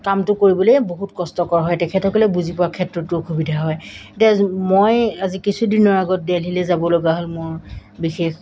কামটো কৰিবলৈ বহুত কষ্টকৰ হয় তেখেতসকলে বুজি পোৱাৰ ক্ষেত্ৰতো অসুবিধা হয় এতিয়া মই আজি কিছুদিনৰ আগত দেলহীলৈ যাব লগা হ'ল মোৰ বিশেষ